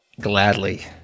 Gladly